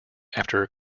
after